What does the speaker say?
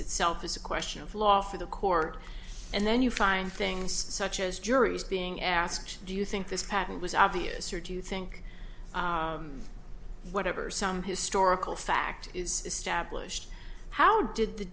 itself is a question of law for the court and then you find things such as juries being asked do you think this patent was obvious or do you think whatever some historical fact is established how did the